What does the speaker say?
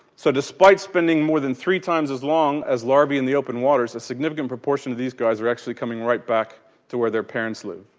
so despite spending more than three times as long as larvae in the open waters a significant proportion of these guys were actually coming right back to where their parents live.